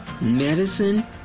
medicine